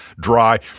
dry